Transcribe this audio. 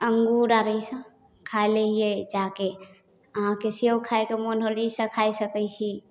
अंगूर आर इसब खा लै हियै जाके अहाँके सेब खाय के मोन होल इसब खाय सकय छी